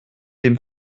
dem